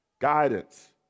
guidance